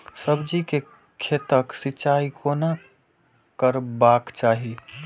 सब्जी के खेतक सिंचाई कोना करबाक चाहि?